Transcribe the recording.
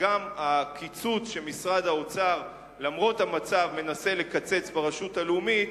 וגם הקיצוץ שמשרד האוצר מנסה לקצץ ברשות הלאומית,